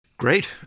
Great